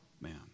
man